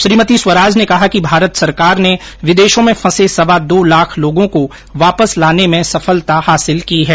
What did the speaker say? श्रीमती स्वराज ने कहा कि भारत सरकार ने विदेशों में फंसे सवा दो लाख लोगों को वापस लाने में सफलता हासिल की है